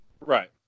right